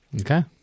Okay